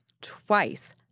twice—